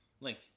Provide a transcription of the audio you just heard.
link